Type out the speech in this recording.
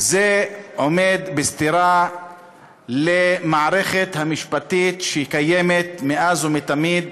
עומד בסתירה למערכת המשפטית שקיימת מאז ומתמיד,